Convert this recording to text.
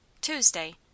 Tuesday